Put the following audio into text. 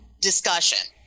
discussion